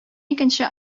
икенче